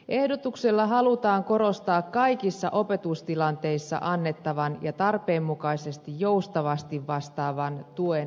ehdotuksella halutaan korostaa kaikissa opetustilanteissa annettavan ja tarpeen mukaisesti joustavasti vastaavan tuen merkitystä